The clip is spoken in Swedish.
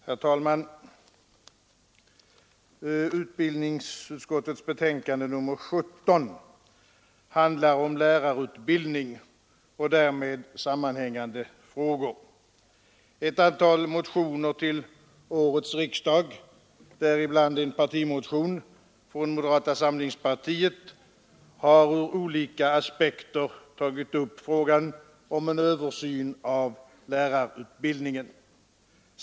Herr talman! Utbildningsutskottets betänkande nr 17 handlar om lärarutbildning och därmed sammanhängande frågor. Ett antal motioner till årets riksdag, däribland en partimotion från moderata samlingspartiet, har ur olika aspekter tagit upp frågan om en översyn av lärarutbildningen.